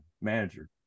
manager